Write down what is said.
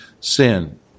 sin